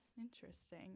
Interesting